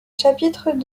chapitres